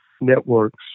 networks